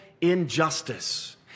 injustice